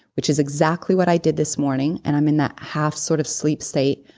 which is exactly what i did this morning and i'm in that half sort of sleep state,